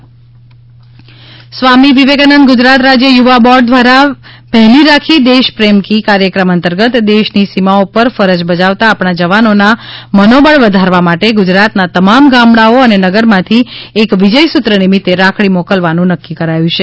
પહલી રાખી સ્વામી વિવેકાનંદ ગુજરાત રાજ્ય યુવા બોર્ડ દ્વારા પહલી રાખી દેશ પ્રેમ કી કાર્યક્રમ અંતર્ગત દેશની સીમાઓ પર ફરજ બજાવતા આપણા જવાનોના મનોબળ વધારવા માટે ગુજરાત ના તમામ ગામડાઓ અને નગરમાંથી એક વિજય સૂત્ર નિમિત્તે રાખડી મોકલવાનું નક્કી કર્યું છે